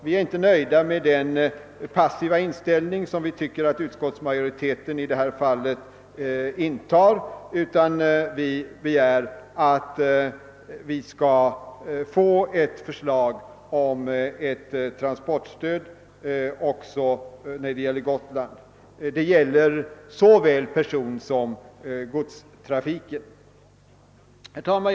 Vi är inte nöjda med den passiva inställning som utskottsmajoriteten visar, utan vi begär att riksdagen skall få ett förslag om transportstöd också när det gäller Gotland — detta avser såväl personsom godstrafiken, Herr talman!